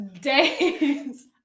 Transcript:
Days